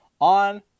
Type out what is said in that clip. on